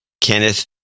Kenneth